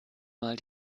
mal